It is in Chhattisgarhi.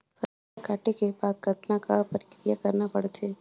फसल काटे के बाद कतना क प्रक्रिया करना पड़थे?